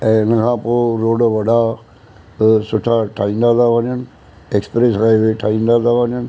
ऐं हिनखां पोइ रोड वॾा ऐं सुठा ठाहींदा था वञनि एक्सप्रेस हाइवे ठाहींदा था वञनि